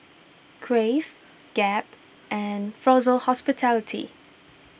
Crave Gap and Fraser Hospitality